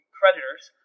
creditors